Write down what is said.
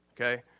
okay